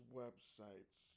websites